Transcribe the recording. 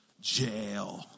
Jail